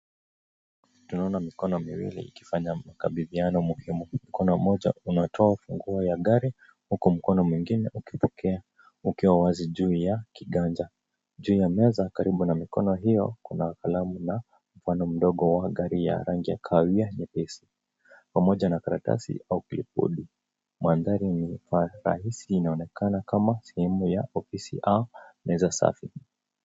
Tunaona mikono miwili ikifanya makabidhiano muhimu mkono moja unatoa ufunguo wa gari huku mkono mwingine ukipokea ukiwa wazi juu ya kiganja. Juu ya meza karibu na mikono hiyo kuna kalamu na mfano mdogo wa gari ya rangi ya kahawia nyepesi pamoja na karatasi au clipboardi mandhari inaonekana kama sehemu ya ofisi ama meza safi.